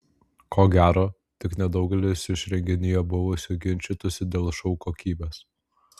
ko gero tik nedaugelis iš renginyje buvusių ginčytųsi dėl šou kokybės